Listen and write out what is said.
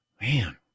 man